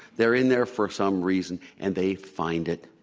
they're in there for some reason and they find it.